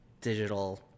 digital